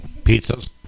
Pizzas